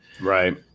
Right